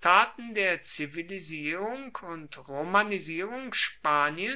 taten der zivilisierung und romanisierung spaniens